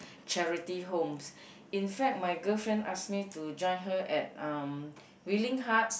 charity homes in fact my girl friend ask me to join her at um willing hearts